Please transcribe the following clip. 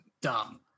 dumb